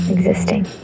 Existing